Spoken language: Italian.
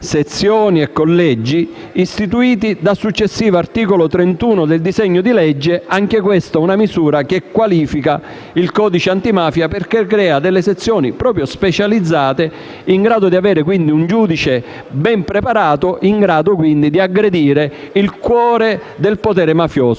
Sezioni e collegi istituiti dal successivo articolo 31 del disegno di legge. Anche questa è una misura che qualifica il codice antimafia perché crea delle sezioni specializzate, in grado di avere quindi un giudice ben preparato capace di aggredire il cuore del potere mafioso,